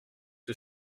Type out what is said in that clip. que